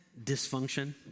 dysfunction